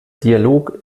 dialog